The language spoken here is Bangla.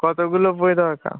কতগুলো বই দরকার